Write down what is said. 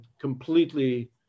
completely